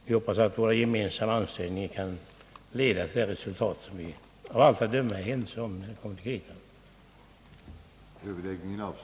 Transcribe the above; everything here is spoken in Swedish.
Jag hoppas att våra gemensamma ansträngningar skall leda till det resultat som vi av allt att döma är ense om när det kommer till kritan.